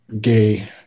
gay